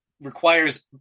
requires